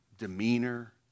demeanor